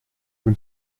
vous